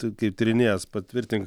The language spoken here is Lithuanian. tu kaip tyrinėjęs patvirtink